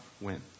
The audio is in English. win